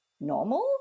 normal